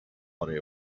for